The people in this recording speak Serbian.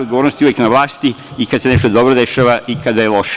Odgovornost je uvek na vlasti i kada se nešto dobro dešava i kada je loše.